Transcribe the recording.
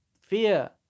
fear